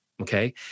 Okay